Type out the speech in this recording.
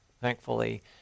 thankfully